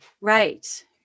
Right